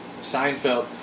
Seinfeld